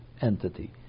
entity